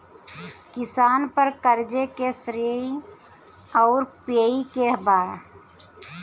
किसान पर क़र्ज़े के श्रेइ आउर पेई के बा?